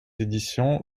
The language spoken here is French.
éditions